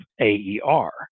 AER